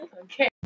okay